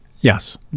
yes